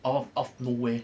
ou~ out of nowhere